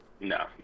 No